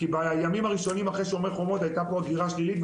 כי בימים הראשונים אחרי "שומר החומות" הייתה פה אווירה שלילית,